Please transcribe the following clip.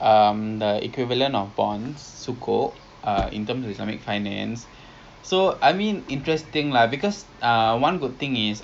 I tak tahu dia punya ada like a mix of a and I don't know dia makan apa tapi bau dia like one kind you know toxic toxic